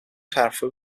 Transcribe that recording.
طرفای